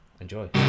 Enjoy